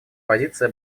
позиция